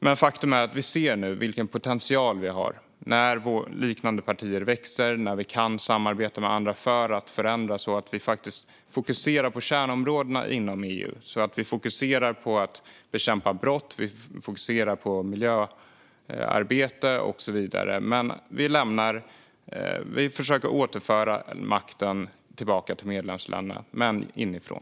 Men faktum är att vi nu ser vilken potential vi har när liknande partier växer och vi kan samarbeta med andra för att förändra så att vi faktiskt fokuserar på kärnområdena inom EU och kan fokusera på att bekämpa brott, bedriva miljöarbete och så vidare. Vi försöker återföra makten till medlemsländerna inifrån.